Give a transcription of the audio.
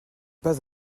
pas